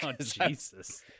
Jesus